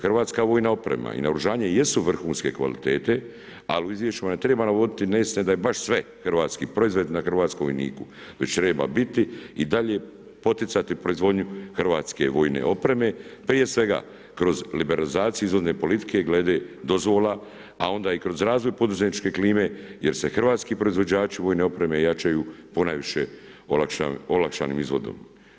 Hrvatska vojna oprema i naoružanje jesu vrhunske kvalitete, ali u izvješćima ne treba navoditi neistinu da je baš sve hrvatski proizvod na hrvatskom vojniku, već treba biti i dalje poticati proizvodnju hrvatske vojne opreme, prije svega kroz liberalizaciju izvozne politike glede dozvola, a onda i kroz razvoj poduzetničke klime jer se hrvatski proizvođači vojne opreme jačaju ponajviše olakšanim izvodom.